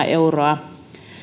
euroa